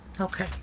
Okay